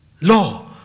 law